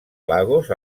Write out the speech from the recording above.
lagos